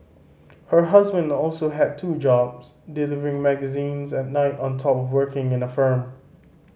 her husband also had two jobs delivering magazines at night on top of working in a firm